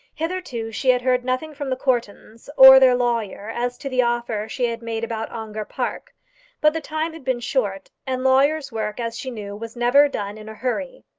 hitherto she had heard nothing from the courtons or their lawyer as to the offer she had made about ongar park but the time had been short, and lawyers' work, as she knew, was never done in a hurry.